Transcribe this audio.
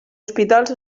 hospitals